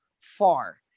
far